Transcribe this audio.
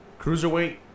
Cruiserweight